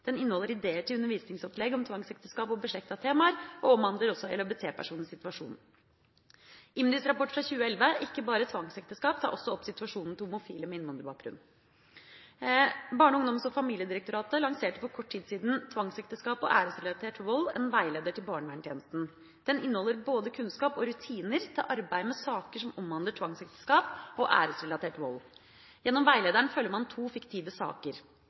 Den inneholder ideer til undervisningsopplegg om tvangsekteskap og beslektede temaer, og omhandler også LHBT-personers situasjon. IMDis rapport fra 2011 «Ikke bare tvangsekteskap» tar også opp situasjonen til homofile med innvandrerbakgrunn. Barne-, ungdoms- og familiedirektoratet lanserte for kort tid siden «Tvangsekteskap og æresrelatert vold – en veileder til barneverntjenesten». Den inneholder både kunnskap og rutiner til arbeid med saker som omhandler tvangsekteskap og æresrelatert vold. Gjennom veilederen følger man to fiktive saker.